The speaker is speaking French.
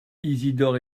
isidore